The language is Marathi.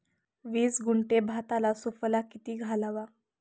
वीस गुंठे भाताला सुफला किती घालावा?